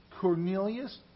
Cornelius